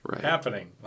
happening